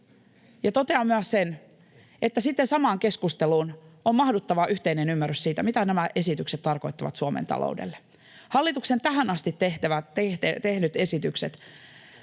Ja totean myös sen, että sitten samaan keskusteluun on mahduttava yhteinen ymmärrys siitä, mitä nämä esitykset tarkoittavat Suomen taloudelle. Hallituksen tähän asti tekemät esitykset